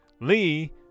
Lee